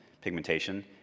pigmentation